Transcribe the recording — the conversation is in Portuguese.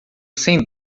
cem